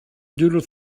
doodle